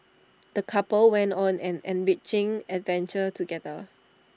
the couple went on an enriching adventure together